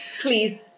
Please